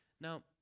Now